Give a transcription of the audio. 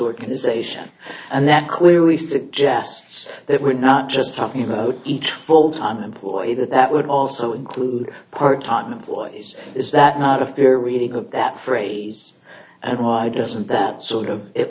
organization and that clearly suggests that we're not just talking about each full time employee that that would also include part time employees is that not a fair reading of that phrase and why doesn't that sort of at